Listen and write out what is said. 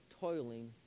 toiling